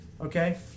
Okay